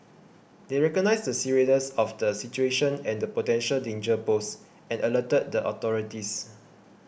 they recognised the seriousness of the situation and the potential danger posed and alerted the authorities